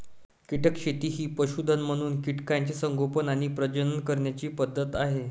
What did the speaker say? कीटक शेती ही पशुधन म्हणून कीटकांचे संगोपन आणि प्रजनन करण्याची पद्धत आहे